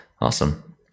Awesome